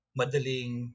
madaling